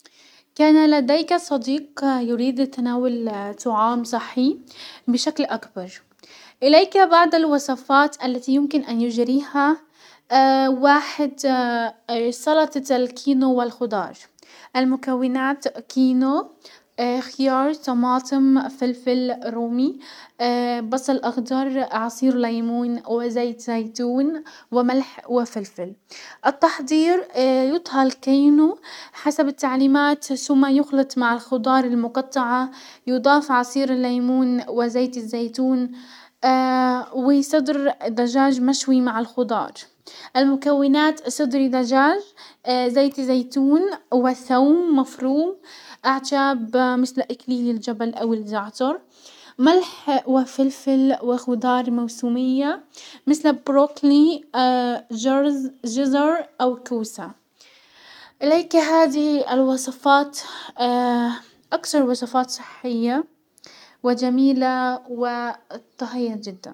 كان لديك صديق يريد تناول طعام صحي بشكل اكبر، اليك بعض الوصفات التي يمكن ان يجريها واحد سلطة الكينو والخضار. المكونات، كينو خيار طماطم فلفل رومي بصل اخضر عصير ليمون وزيت زيتون وملح وفلفل. التحضير يطهى الكينو حسب التعليمات سم يخلط مع الخضار المقطعة، يضاف عصير الليمون و زيت الزيتون وصدر دجاج مشوي مع الخضار. المكونات صدر دجاج زيت زيتون وثوم مفروم و اعشاب مثل اكليل الجبل او الزعتر، ملح وفلفل وخضار موسمية مثل بروكلي جز-جزر او كوسة. اليك هذه الوصفات اكثر وصفات صحية وجميلة وطهية جدا.